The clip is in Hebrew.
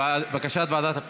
בטעות,